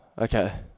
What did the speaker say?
Okay